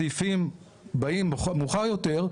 בסעיפים שבאים מאוחר יותר,